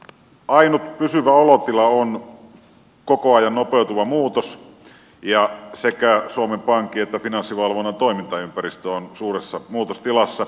ainut pysyvä olotila on koko ajan nopeutuva muutos ja sekä suomen pankin että finanssivalvonnan toimintaympäristö on suuressa muutostilassa